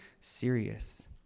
serious